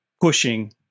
pushing